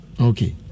Okay